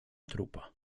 trupa